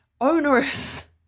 onerous